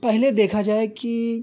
पहले देखा जाए कि